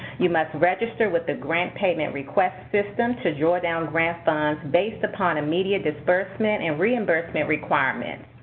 you must register with the grant payment request system to draw down grant funds based upon immediate disbursement and reimbursement requirements.